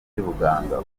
ry’ubuganga